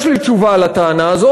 יש לי תשובה לטענה הזו,